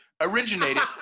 originated